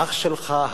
האח שלך,